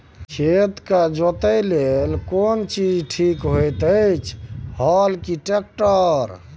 खेत के जोतय लेल केना चीज ठीक होयत अछि, हल, ट्रैक्टर?